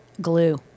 glue